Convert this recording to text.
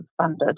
funded